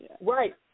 Right